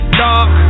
dark